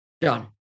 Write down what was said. Done